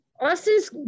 Austin's